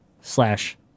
slash